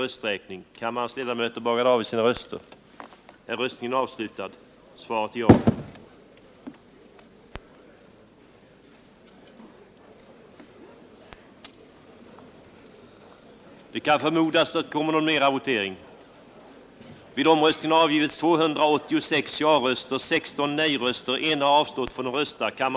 Vidare föreslås att jordägaren inte längre skall ha ovillkorlig rätt att överta brukandet av arrendestället vid arrendetidens utgång.